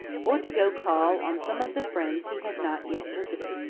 or to go call on some of the friends he had not yet visited.